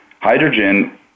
hydrogen